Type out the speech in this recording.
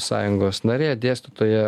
sąjungos narė dėstytoja